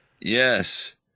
Yes